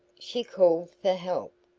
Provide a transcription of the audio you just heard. she called for help.